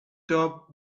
top